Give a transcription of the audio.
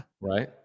right